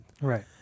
Right